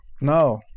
No